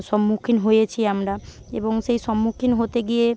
সম্মুখীন হয়েছি আমরা এবং সেই সম্মুখীন হতে গিয়ে